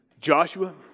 Joshua